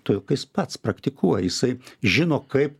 todėl kad jis pats praktikuoja jisai žino kaip